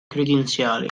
credenziali